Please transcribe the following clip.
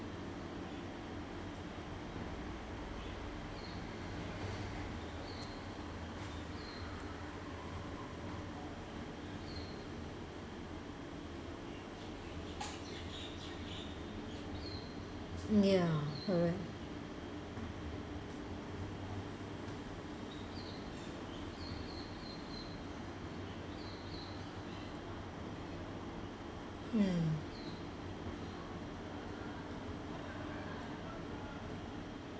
ya correct mm